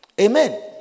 Amen